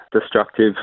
destructive